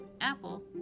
Apple